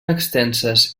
extenses